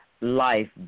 life